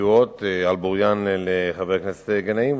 ידועות על בוריין לחבר הכנסת גנאים.